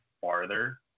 farther